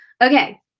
Okay